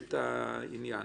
את העניין